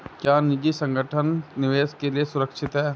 क्या निजी संगठन निवेश के लिए सुरक्षित हैं?